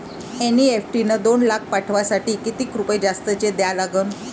NEFT न दोन लाख पाठवासाठी किती रुपये जास्तचे द्या लागन?